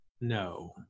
No